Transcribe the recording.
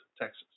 Texas